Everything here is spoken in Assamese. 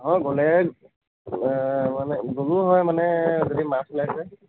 অ গ'লে মানে গ'লোঁ হয় মানে যদি মাছ ওলাইছে